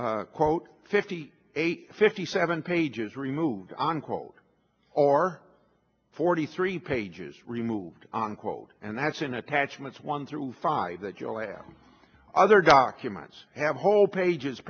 quote fifty eight fifty seven pages removed on quote or forty three pages removed on quote and that's in attachments one through five that you'll have other documents have whole pages